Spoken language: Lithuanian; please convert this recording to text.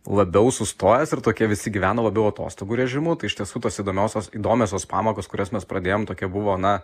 labiau sustojęs ir tokie visi gyveno labiau atostogų režimu tai iš tiesų tos įdomiosios įdomiosios pamokos kurias mes pradėjom tokia buvo na